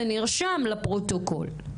זה נרשם בפרוטוקול.